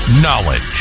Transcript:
Knowledge